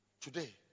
today